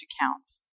accounts